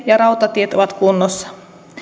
ja rautatiet ovat kunnossa